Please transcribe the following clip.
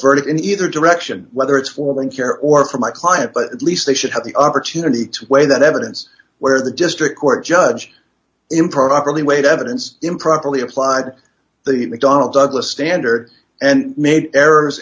verdict in either direction whether it's for one care or for my client but at least they should have the opportunity to weigh that evidence where the district court judge improperly weighed evidence improperly applied the mcdonnell douglas standard and made errors